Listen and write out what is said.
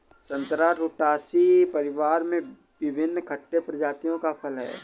संतरा रुटासी परिवार में विभिन्न खट्टे प्रजातियों का फल है